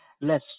less